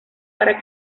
para